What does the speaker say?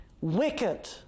Wicked